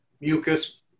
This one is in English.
mucus